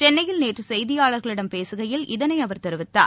சென்னையில் நேற்றுசெய்தியாளர்களிடம் பேசுகையில் இதனைஅவர் தெரிவித்தார்